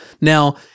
Now